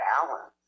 balance